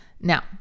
Now